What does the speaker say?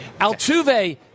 Altuve